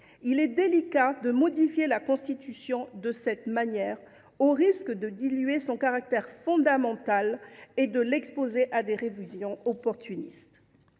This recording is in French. il est délicat de modifier la Constitution de cette manière, au risque de diluer son caractère fondamental et de l’exposer à des révisions opportunistes.